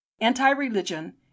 anti-religion